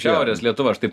šiaurės lietuva aš taip